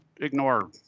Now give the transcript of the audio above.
ignore